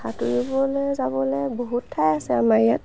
সাঁতুৰিবলৈ যাবলৈ বহুত ঠাই আছে আমাৰ ইয়াত